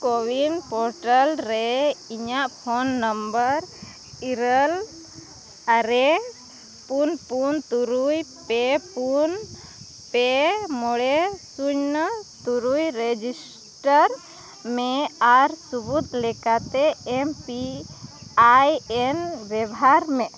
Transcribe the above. ᱠᱳ ᱩᱭᱤᱱ ᱯᱳᱨᱴᱟᱞ ᱨᱮ ᱤᱧᱟᱹᱜ ᱯᱷᱳᱱ ᱱᱟᱢᱵᱟᱨ ᱤᱨᱟᱹᱞ ᱟᱨᱮ ᱯᱩᱱ ᱯᱩᱱ ᱛᱩᱨᱩᱭ ᱯᱮ ᱯᱩᱱ ᱯᱮ ᱢᱚᱬᱮ ᱥᱩᱱᱱᱚ ᱛᱩᱨᱩᱭ ᱨᱮᱡᱤᱥᱴᱟᱨ ᱢᱮ ᱟᱨ ᱥᱟᱹᱵᱩᱫᱽ ᱞᱮᱠᱟᱛᱮ ᱮᱢ ᱯᱤ ᱟᱭ ᱮᱱ ᱵᱮᱵᱚᱦᱟᱨ ᱢᱮ